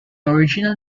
original